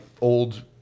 old